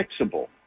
fixable